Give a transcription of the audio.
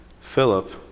Philip